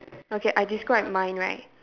okay I describe mine right